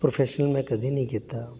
professional ਮੈਂ ਕਦੇ ਨਹੀਂ ਕੀਤਾ